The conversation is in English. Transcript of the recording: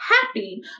happy